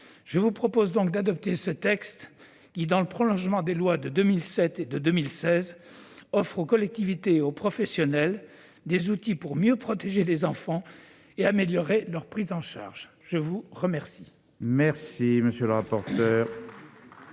Je vous propose donc d'adopter ce texte qui, dans le prolongement des lois de 2007 et de 2016, offre aux collectivités et aux professionnels des outils pour mieux protéger les enfants et améliorer leur prise en charge. La parole est à M. le secrétaire